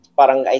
parang